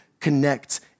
connect